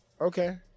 okay